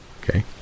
okay